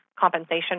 compensation